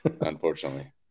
unfortunately